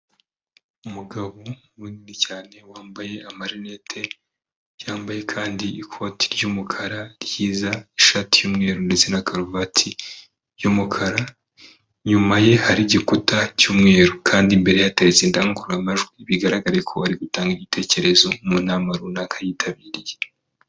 Umugabo munini cyane wambaye amarinete. Yambaye kandi ikoti ry'umukara ryiza, ishati y'umweru ndetse na karuvati y'umukara. Inyuma ye hari igikuta cy'umweru kandi imbere hateretse indangururamajwi, bigaragare ko ari gutanga igitekerezo mu ntama runaka yitabiriye.